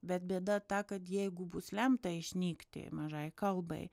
bet bėda ta kad jeigu bus lemta išnykti mažai kalbai